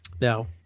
now